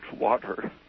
water